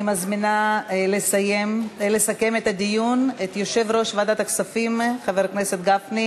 מזמינה את יושב-ראש ועדת הכספים חבר הכנסת גפני